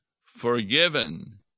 forgiven